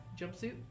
jumpsuit